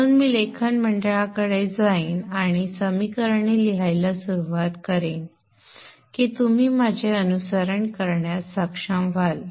म्हणून मी लेखन मंडळाकडे जाईन आणि समीकरणे लिहायला सुरुवात करेन की तुम्ही माझे अनुसरण करण्यास सक्षम व्हाल